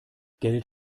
geld